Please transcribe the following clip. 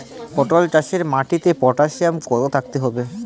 পটল চাষে মাটিতে পটাশিয়াম কত থাকতে হবে?